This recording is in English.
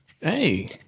Hey